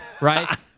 right